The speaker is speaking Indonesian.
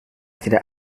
tidak